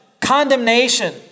condemnation